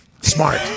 Smart